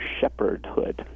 shepherdhood